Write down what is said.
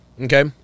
okay